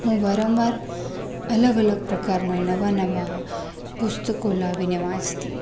હું વારંવાર અલગ અલગ પ્રકારના નવા નવા પુસ્તકો લાવીને વાંચતી